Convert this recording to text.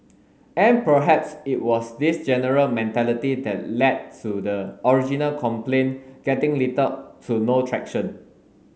and perhaps it was this general mentality that led to the original complaint getting little to no traction